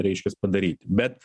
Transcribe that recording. reiškias padaryti bet